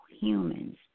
humans